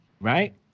Right